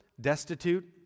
destitute